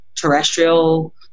terrestrial